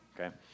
Okay